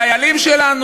את החיילים שלנו,